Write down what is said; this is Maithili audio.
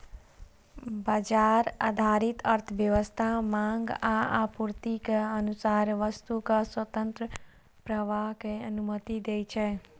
बाजार आधारित अर्थव्यवस्था मांग आ आपूर्तिक अनुसार वस्तुक स्वतंत्र प्रवाहक अनुमति दै छै